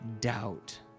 doubt